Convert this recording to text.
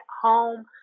home